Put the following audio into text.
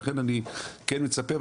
לכן אני כן מצפה.